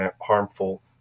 harmful